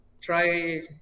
try